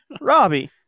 Robbie